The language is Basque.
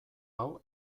hau